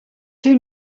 two